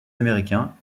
américains